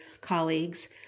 colleagues